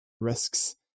risks